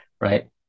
right